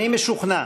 אני משוכנע